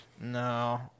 No